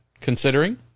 considering